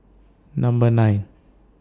Number nine